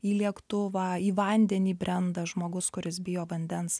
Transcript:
į lėktuvą į vandenį brenda žmogus kuris bijo vandens